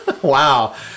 Wow